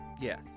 Yes